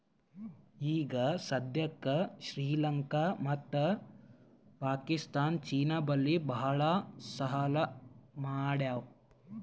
ಈಗ ಸದ್ಯಾಕ್ ಶ್ರೀಲಂಕಾ ಮತ್ತ ಪಾಕಿಸ್ತಾನ್ ಚೀನಾ ಬಲ್ಲಿ ಭಾಳ್ ಸಾಲಾ ಮಾಡ್ಯಾವ್